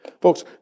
Folks